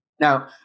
Now